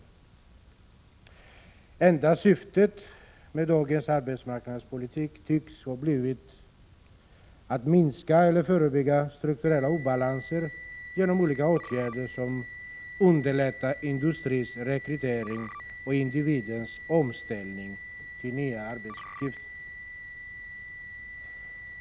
Det enda syftet med dagens arbetsmarknadspolitik tycks ha blivit att minska eller förebygga strukturella obalanser genom olika åtgärder som underlättar industrins rekrytering och individens omställning till nya arbetsuppgifter.